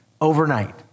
overnight